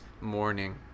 morning